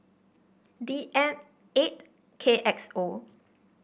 D M eight K X O